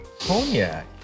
Cognac